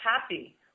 happy